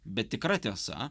bet tikra tiesa